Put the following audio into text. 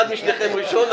אחד משניכם ראשון,